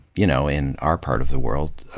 you know, in our part of the world,